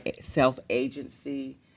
self-agency